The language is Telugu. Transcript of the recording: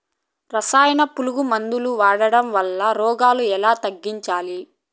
రసాయన పులుగు మందులు వాడడం వలన రోగాలు ఎలా తగ్గించాలి?